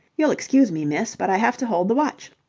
you'll excuse me, miss, but i have to hold the watch.